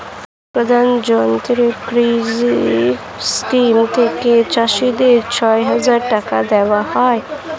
প্রধানমন্ত্রী কৃষি স্কিম থেকে চাষীদের ছয় হাজার টাকা দেওয়া হয়